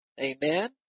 Amen